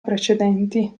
precedenti